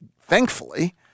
thankfully